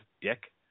dick